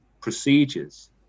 procedures